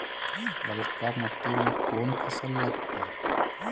ललका मट्टी में कोन फ़सल लगतै?